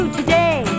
today